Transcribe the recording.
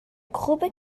grube